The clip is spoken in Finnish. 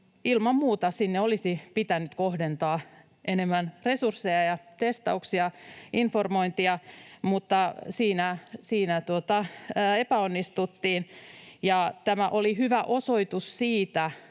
ilman muuta sinne olisi pitänyt kohdentaa enemmän resursseja ja testauksia, informointia, mutta siinä epäonnistuttiin. Tämä oli hyvä osoitus siitä,